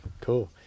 Cool